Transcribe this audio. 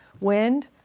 wind